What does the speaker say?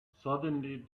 suddenly